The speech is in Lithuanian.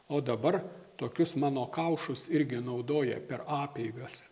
o dabar tokius mano kaušus irgi naudoja per apeigas